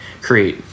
create